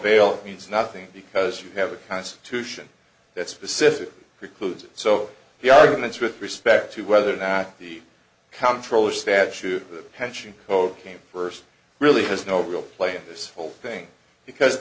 avail means nothing because you have a constitution that's specific precludes it so the arguments with respect to whether or not the comptroller statute the pension code came first really has no real play in this whole thing because